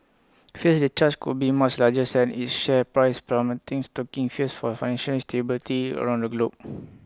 fears the charge could be much larger sent its share price plummeting stoking fears for financial stability around the globe